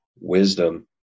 wisdom